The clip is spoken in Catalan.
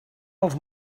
els